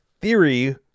Theory